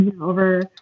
over